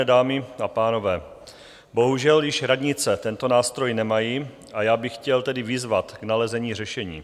Vážené dámy a pánové, bohužel již radnice tento nástroj nemají, a já bych chtěl tedy vyzvat k nalezení řešení.